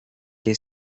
que